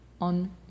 on